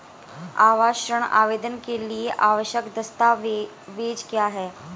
आवास ऋण आवेदन के लिए आवश्यक दस्तावेज़ क्या हैं?